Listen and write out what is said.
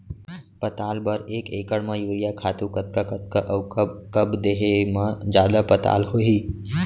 पताल बर एक एकड़ म यूरिया खातू कतका कतका अऊ कब कब देहे म जादा पताल होही?